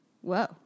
whoa